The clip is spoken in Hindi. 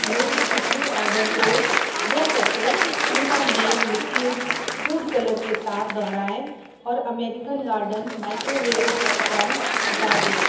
मेरे पिछले ऑर्डर को दो packet Puramate liquid food colour के साथ दोहराएँ और अमेरिकन गार्डन माइक्रोवेव पॉपकॉर्न हटा दें